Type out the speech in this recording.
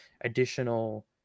additional